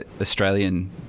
Australian